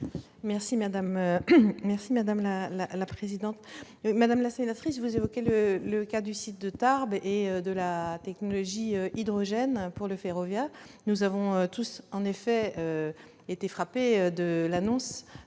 est à Mme la secrétaire d'État. Madame la sénatrice, vous évoquez le cas du site de Tarbes et de la technologie hydrogène pour le ferroviaire. Nous avons tous, en effet, été frappés par l'annonce